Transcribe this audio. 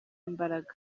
imbaraga